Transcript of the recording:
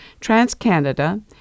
TransCanada